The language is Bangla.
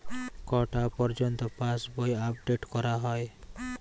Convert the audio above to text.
কটা পযর্ন্ত পাশবই আপ ডেট করা হয়?